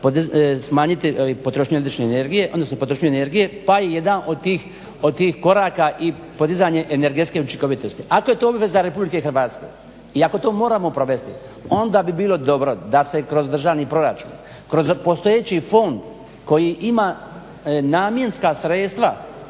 odnosno potrošnju energije pa i jedan od tih koraka i podizanje energetske učinkovitosti. Ako je to obveza RH i ako to moramo provesti onda bi bilo dobro da se kroz državni proračun, kroz postojeći fond koji ima namjenska sredstva